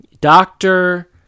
Doctor